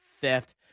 theft